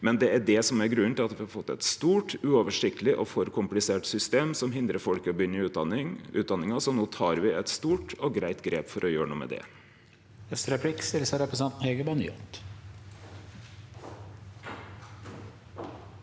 men det er det som er grunnen til at me har fått eit stort, uoversiktleg og for komplisert system som hindrar folk i å starte på ei utdanning, så no gjer me eit stort og greitt grep for å gjere noko med det.